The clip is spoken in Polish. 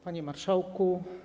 Panie Marszałku!